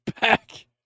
back